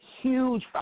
huge